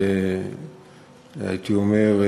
הייתי אומר,